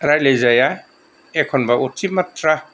रायलायजाया एखनबा अथि माथ्रा